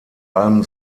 allem